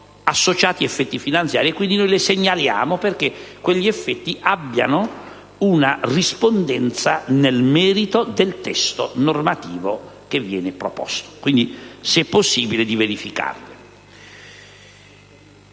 associati effetti finanziari e quindi noi le segnaliamo affinché quegli effetti abbiano una rispondenza nel merito del testo normativo proposto. Se è possibile occorre